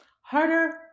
Harder